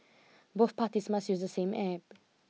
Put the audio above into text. both parties must use the same App